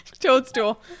Toadstool